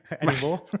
anymore